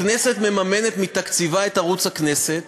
הכנסת מממנת מתקציבה את ערוץ הכנסת.